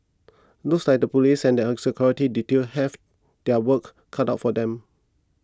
looks like the police and her security detail have their work cut out for them